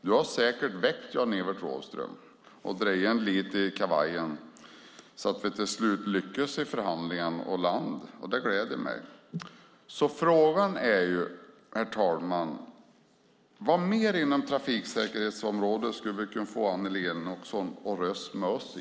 Du har säkert väckt Jan-Evert Rådhström och dragit honom lite i kavajen så att det till slut lyckades landa i förhandlingarna, och det gläder mig. Frågan är, herr talman: Vad mer inom trafiksäkerhetsområdet skulle vi kunna få Annelie Enochson att rösta med oss i?